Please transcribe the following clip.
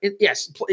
Yes